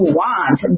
want